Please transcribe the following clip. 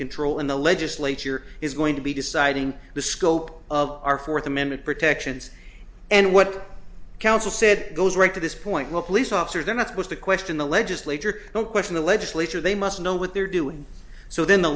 control in the legislature is going to be deciding the scope of our fourth amendment protections and what counsel said goes right to this point what police officer then with which to question the legislature don't question the legislature they must know what they're doing so than the